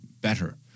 better